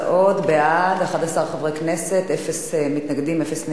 בעד, 11 חברי כנסת, אין מתנגדים ואין נמנעים.